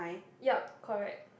yup correct